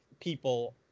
people